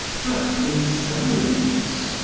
but in silence.